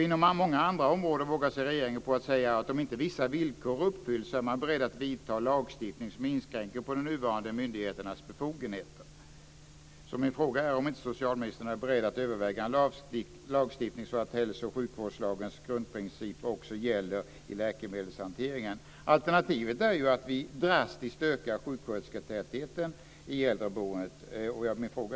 Inom många andra områden vågar regeringen sig på att säga att om inte vissa villkor uppfylls är man beredd att vidta lagstiftning som inskränker de nuvarande myndigheternas befogenheter. Min fråga är om socialministern inte är beredd att överväga en lagstiftning så att hälso och sjukvårdslagens grundprinciper också gäller i läkemedelshanteringen. Alternativet är ju att vi drastiskt ökar sjukskötersketätheten i äldreboendet.